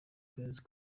ukwezi